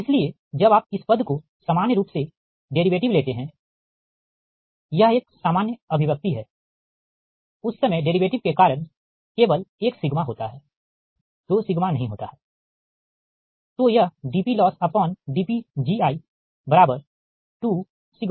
इसीलिए जब आप इस पद को सामान्य रूप से डेरीवेटिव लेते हैंयह एक सामान्य अभिव्यक्ति है उस समय डेरीवेटिव के कारण केवल एक सिग्मा होता है 2 सिग्मा नहीं होता है ठीक